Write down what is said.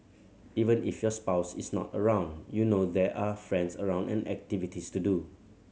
even if your spouse is not around you know there are friends around and activities to do